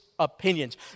opinions